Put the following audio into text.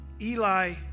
Eli